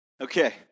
Okay